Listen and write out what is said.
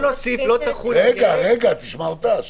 אנחנו